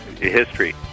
history